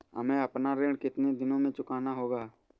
हमें अपना ऋण कितनी दिनों में चुकाना होगा?